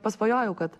pasvajojau kad